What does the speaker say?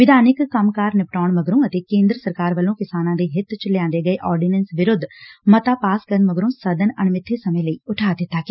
ਵਿਧਾਇਕ ਕੰਮ ਕਾਰ ਨਿਪਟਾਉਣ ਮਗਰੋ ਅਤੇ ਕੇਦਰ ਸਰਕਾਰ ਵੱਲੋ ਕਿਸਾਨਾਂ ਦੇ ਹਿੱਤ ਚ ਲਿਆਂਦੇ ਗਏ ਆਰਡੀਨੈਸ ਵਿਰੁੱਧ ਮੱਤਾ ਪਾਸ ਕਰਨ ਮਗਰੋਂ ਸਦਨ ਅਣਮਿੱਥੇ ਸਮੇਂ ਲਈ ਉਠਾ ਦਿੱਤਾ ਗਿਆ